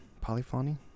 Polyphony